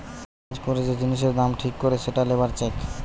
কাজ করে যে জিনিসের দাম ঠিক করে সেটা লেবার চেক